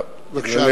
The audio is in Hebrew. בבקשה.